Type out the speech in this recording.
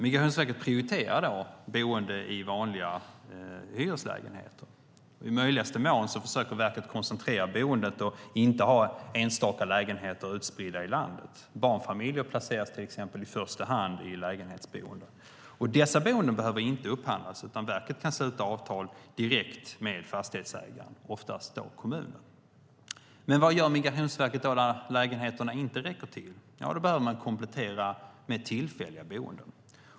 Migrationsverket prioriterar då boende i vanliga hyreslägenheter. I möjligaste mån försöker verket koncentrera boendet och inte ha enstaka lägenheter utspridda i landet. Barnfamiljer placeras till exempel i första hand i lägenhetsboenden. Dessa boenden behöver inte upphandlas, utan verket kan sluta avtal direkt med fastighetsägaren, oftast då kommunen. Men vad gör Migrationsverket när lägenheterna inte räcker till? Ja, då behöver man komplettera med tillfälliga boenden.